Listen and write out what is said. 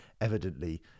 Evidently